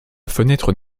fenêtre